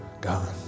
God